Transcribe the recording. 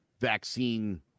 vaccine